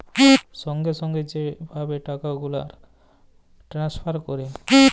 সঙ্গে সঙ্গে যে ভাবে টাকা গুলাল টেলেসফার ক্যরে